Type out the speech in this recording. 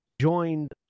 joined